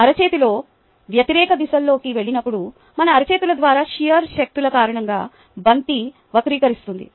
అరచేతులు వ్యతిరేక దిశల్లోకి వెళ్ళినప్పుడు మన అరచేతుల ద్వారా షియర్ శక్తుల కారణంగా బంతి వక్రీకరిస్తుంది